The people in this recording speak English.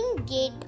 gate